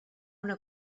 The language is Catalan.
una